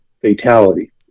fatality